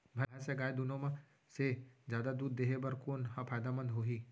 भैंस या गाय दुनो म से जादा दूध देहे बर कोन ह फायदामंद होही?